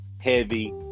heavy